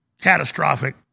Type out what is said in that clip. catastrophic